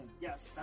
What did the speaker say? Yes